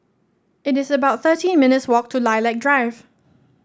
it is about thirteen minutes' walk to Lilac Drive